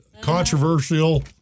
controversial